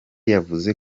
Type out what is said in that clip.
yavuze